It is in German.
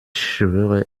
schwöre